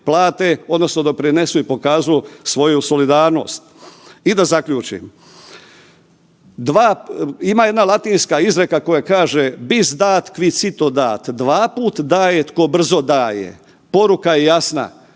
odnosno doprinesu i pokažu svoju solidarnost. I da zaključim. Ima jedna latinska izreka koja kaže: "Bis dat, qui cito dat." Dvaput daje tko brzo daje, poruka je jasna.